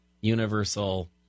Universal